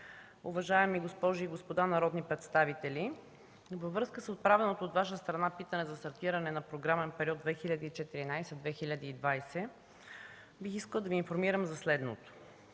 уважаеми госпожи и господа народни представители! Във връзка с отправеното от Ваша страна питане за стартиране на програмния период 2014-2020 г. бих искала да Ви информирам за следното.